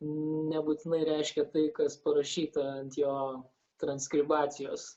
nebūtinai reiškia tai kas parašyta ant jo transkribacijos